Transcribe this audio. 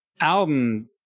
album